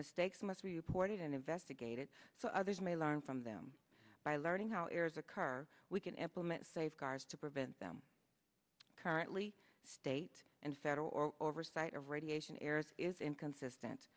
mistakes must reported and investigated so others may learn from them by learning how errors occur we can implement safeguards to prevent them currently state and federal or oversight of radiation errors is inconsistent